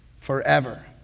forever